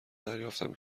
دریافتم